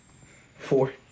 Four